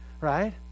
right